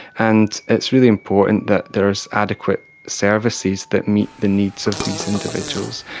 and it's really important that there is adequate services that meet the needs of these individuals.